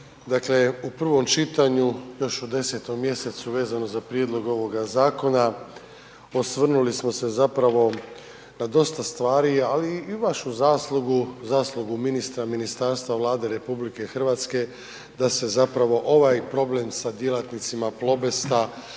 dakle u provom čitanju još u 10. mjesecu vezano za prijedlog ovoga zakona osvrnuli smo se zapravo na dosta stvari ali i vašu zaslugu, zaslugu ministra, ministarstva, Vlade RH da se zapravo ovaj problem sa djelatnicima Plobesta